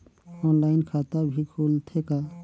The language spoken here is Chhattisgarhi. ऑनलाइन खाता भी खुलथे का?